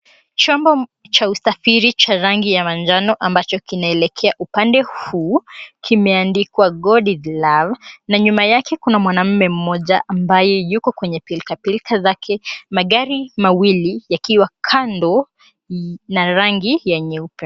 Chombo cha usafiri cha rangi ya manjano, ambacho kinaelekea upande huu, kimeandikwa 'God is love' na nyuma yake kuna mwanaume mmoja ambaye yuko kwenye pilkapilka zake. Magari mawili yakiwa kando na rangi ya nyeupe.